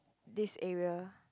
this area